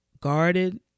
guarded